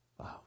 Wow